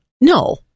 No